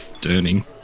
turning